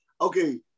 Okay